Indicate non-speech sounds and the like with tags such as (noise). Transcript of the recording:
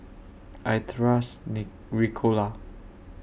I Trust (unintelligible) Ricola